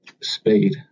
speed